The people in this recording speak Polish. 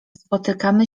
spotykamy